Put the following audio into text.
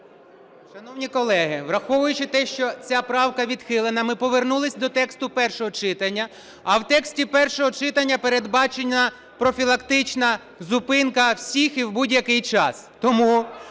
Шановні колеги! Враховуючи те, що ця правка відхилена, ми повернулись до тексту першого читання, а в тексті першого читання передбачена профілактична зупинка всіх і в будь-який час. Тому